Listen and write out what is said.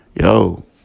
yo